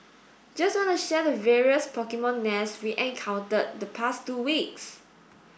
just wanna share the various Pokemon nests we encountered the past two weeks